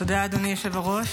תודה, אדוני היושב-ראש.